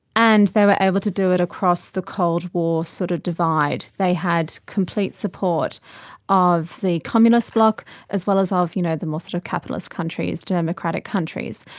and they were able to do it across the cold war sort of divide. they had complete support of the communist bloc as well as ah of you know the more sort of capitalist countries, democratic countries.